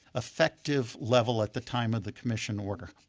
effective level at the time of the commission order.